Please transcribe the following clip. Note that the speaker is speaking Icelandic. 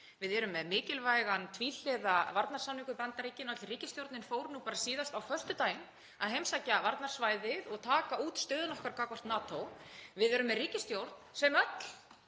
Við erum með mikilvægan tvíhliða varnarsamning við Bandaríkin. Öll ríkisstjórnin fór síðast á föstudaginn að heimsækja varnarsvæðið og taka út stöðu okkar gagnvart NATO. Við erum með ríkisstjórn sem öll